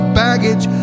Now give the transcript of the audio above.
baggage